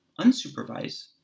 unsupervised